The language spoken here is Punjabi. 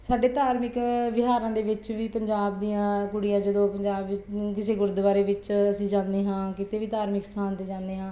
ਸਾਡੇ ਧਾਰਮਿਕ ਵਿਹਾਰਾਂ ਦੇ ਵਿੱਚ ਵੀ ਪੰਜਾਬ ਦੀਆਂ ਕੁੜੀਆਂ ਜਦੋਂ ਪੰਜਾਬ ਵਿ ਕਿਸੇ ਗੁਰਦੁਆਰੇ ਵਿੱਚ ਅਸੀਂ ਜਾਂਦੇ ਹਾਂ ਕਿਤੇ ਵੀ ਧਾਰਮਿਕ ਸਥਾਨ 'ਤੇ ਜਾਂਦੇ ਹਾਂ